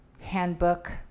Handbook